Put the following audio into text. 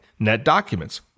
NetDocuments